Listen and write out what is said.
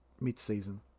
mid-season